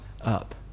up